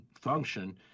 function